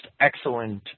excellent